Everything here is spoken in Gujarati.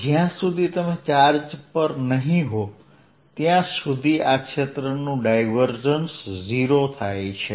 તો જ્યાં સુધી તમે ચાર્જ પર નહી હો ત્યાં સુધી આ ક્ષેત્રનું ડાયવર્જન્સ 0 થાય છે